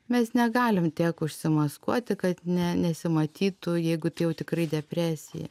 mes negalim tiek užsimaskuoti kad ne nesimatytų jeigu tai jau tikrai depresija